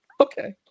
Okay